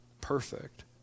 perfect